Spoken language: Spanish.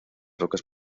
rocas